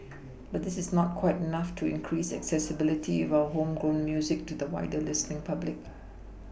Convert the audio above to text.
but this is not quite enough to increase accessibility of our homegrown music to the wider listening public